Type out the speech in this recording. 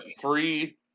three